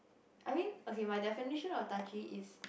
I mean okay my definition of touchy is